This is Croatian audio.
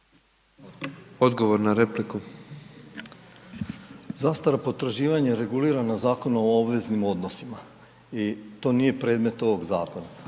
Dražen (HDZ)** Zastara potraživanja regulirana je Zakon o obveznim odnosima i to nije predmet ovog zakona.